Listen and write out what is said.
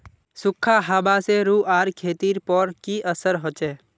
सुखखा हाबा से रूआँर खेतीर पोर की असर होचए?